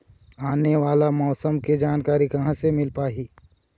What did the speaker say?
आने वाला मौसम के जानकारी कहां से मिल पाही?